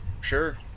sure